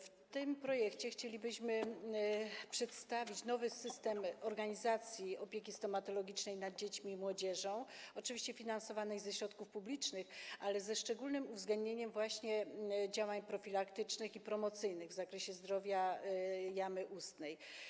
W tym projekcie chcielibyśmy przedstawić nowy system organizacji opieki stomatologicznej nad dziećmi i młodzieżą, oczywiście finansowanej ze środków publicznych, ze szczególnym uwzględnieniem właśnie działań profilaktycznych i promocyjnych w zakresie zdrowia jamy ustnej.